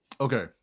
okay